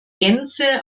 gänze